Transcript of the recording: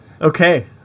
Okay